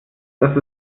dass